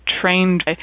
trained